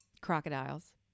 Crocodiles